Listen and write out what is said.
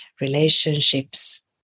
relationships